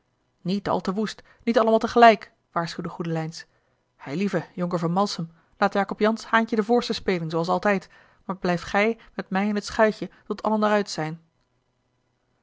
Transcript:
niet al te woest niet allemaal tegelijk waarschuwde goedelijns eilieve jonker van malsem laat jacob jansz haantje de voorste spelen zooals altijd maar blijf gij met mij in t schuitje tot allen er uit zijn